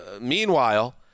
Meanwhile